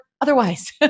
otherwise